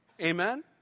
Amen